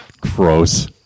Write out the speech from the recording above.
Gross